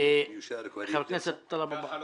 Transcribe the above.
אני מודה לך על